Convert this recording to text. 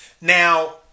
Now